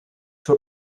zur